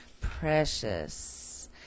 Precious